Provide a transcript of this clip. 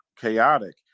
chaotic